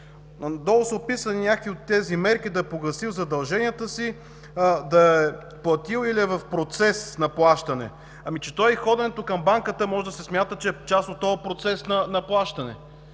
По-надолу са описани някои от тези мерки: да погасил задълженията си, да е платил или да е в процес на плащане. Ами, че то и ходенето към банката може да се смята, че е част от този процес на плащане.